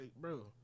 bro